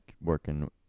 working